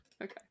Okay